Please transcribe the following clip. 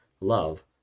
love